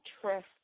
trust